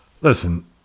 listen